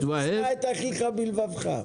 לא תשנא את אחיך בלבבך.